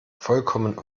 vollkommen